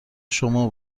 شما